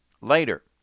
later